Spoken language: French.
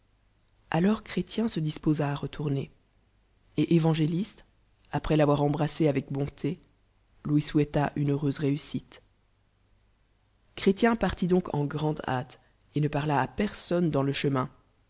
ajors chrélien se disposa à retourner et évangéliste après l'avoir embrassé avec bonté lui souhaita une heureuse réussite chrétien parlit donc en grande hâle et ne parla à personne dans le